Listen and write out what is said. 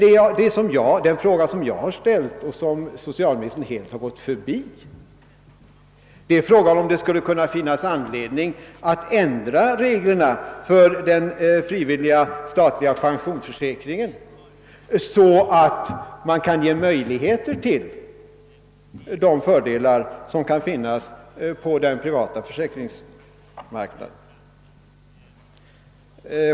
Den tredje fråga jag ställt men som socialministern helt har gått förbi gäller om det skulle kunna finnas anledning att ändra reglerna för den frivilliga statliga pensionsförsäkringen så att det blir möjligt att vinna de fördelar som kan finnas på den privata försäkringsmarknaden.